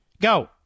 Go